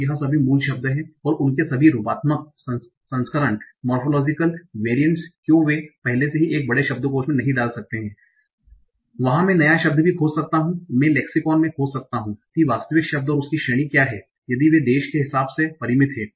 तो यह सभी मूल शब्द हैं और उनके सभी रूपात्मक संस्करण क्यों वे पहले से ही एक बड़े शब्दकोश लेक्सिकॉन में नहीं डाल सकते हैं और वहां मैं नया शब्द भी खोज सकता हूं मैं लेक्सिकॉन में खोज सकता हूं कि वास्तविक शब्द और इसकी श्रेणी क्या है यदि वे देश के हिसाब से परिमित हैं